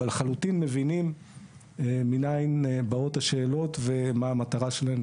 לחלוטין מבינים מנין באות השאלות ומה המטרה שלהן,